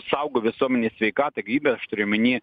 saugo visuomenės sveikatą gyvybę aš turiu omeny